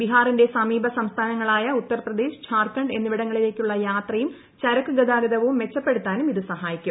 ബിഹാറിന്റെ സമീപ സംസ്ഥാനങ്ങളായ ഉത്തർപ്രദേശ് ഝാർഖണ്ഡ് എന്നിവിടങ്ങളിലേക്കുള്ള യാത്രയും ചരക്കു ഗതാഗതവും മെച്ചപ്പെടുത്താനും ഇത് സഹായ്ക്കിക്കും